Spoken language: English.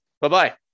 Bye-bye